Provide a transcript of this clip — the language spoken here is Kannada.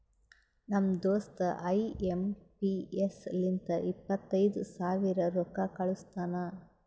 ನಮ್ ದೋಸ್ತ ಐ ಎಂ ಪಿ ಎಸ್ ಲಿಂತ ಇಪ್ಪತೈದು ಸಾವಿರ ರೊಕ್ಕಾ ಕಳುಸ್ತಾನ್